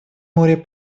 моря